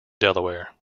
delaware